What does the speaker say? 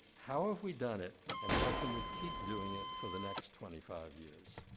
how have we done it, and how can we keep doing it for the next twenty five years?